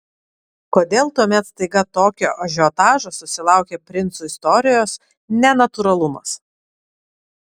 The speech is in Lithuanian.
kodėl tuomet staiga tokio ažiotažo susilaukė princų istorijos nenatūralumas